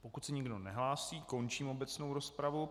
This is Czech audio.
Pokud se nikdo nehlásí, končím obecnou rozpravu.